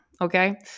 okay